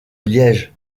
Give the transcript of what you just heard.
liège